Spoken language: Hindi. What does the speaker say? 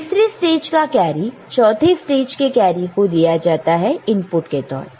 तीसरे स्टेज का कैरी चौथे स्टेज के कैरी को दिया जाता है इनपुट के तौर पर